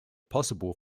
possible